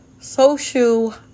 social